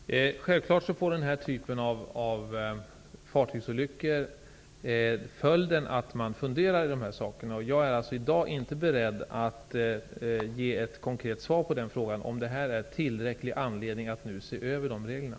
Fru talman! Självklart får denna typ av fartygsolyckor till följd att man funderar över dessa saker. Jag är i dag inte beredd att ge ett konkret svar på frågan om detta är tillräcklig anledning att nu se över reglerna.